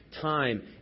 time